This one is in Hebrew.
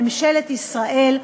ממשלת ישראל,